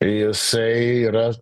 jisai yra